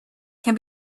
can